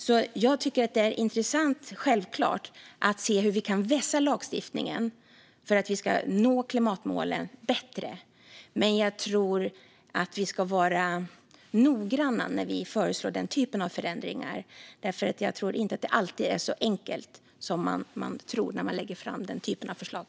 Jag tycker självklart att det är intressant att se hur vi kan vässa lagstiftningen för att bättre nå klimatmålen. Men jag tror att vi ska vara noggranna när vi föreslår den typen av förändringar, för det är inte alltid så enkelt som man tror när man lägger fram den typen av förslag.